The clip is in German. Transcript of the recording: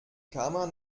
kammer